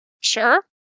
Sure